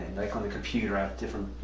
like, on the computer i have different